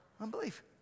Unbelief